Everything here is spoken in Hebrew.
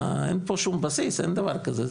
אין פה שום בסיס, אין דבר כזה.